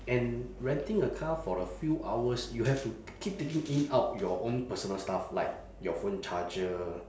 and renting a car for the few hours you have to keep taking in out your own personal stuff like your phone charger